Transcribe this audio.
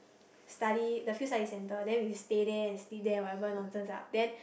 study the field study center then we stay there and sleep there and whatever nonsense lah then